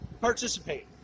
participate